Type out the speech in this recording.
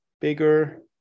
bigger